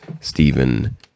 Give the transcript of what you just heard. Stephen